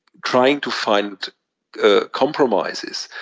trying to find ah compromises,